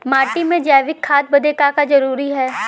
माटी में जैविक खाद बदे का का जरूरी ह?